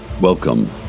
Welcome